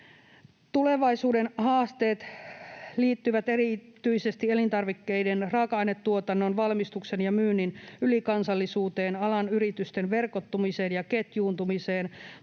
Tulevaisuuden haasteet liittyvät erityisesti elintarvikkeiden raaka-ainetuotannon, valmistuksen ja myynnin ylikansallisuuteen, alan yritysten verkottumiseen ja ketjuuntumiseen,